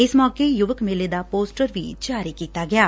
ਇਸ ਮੌਕੇ ਯੁਵਕ ਮੇਲੇ ਦਾ ਪੋਸਟਰ ਵੀ ਜਾਰੀ ਕੀਤਾ ਗਿਐ